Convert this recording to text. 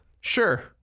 Sure